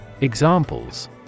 examples